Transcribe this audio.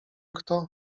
kto